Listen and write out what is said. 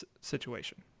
situation